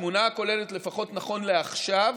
בתמונה הכוללת, לפחות נכון לעכשיו,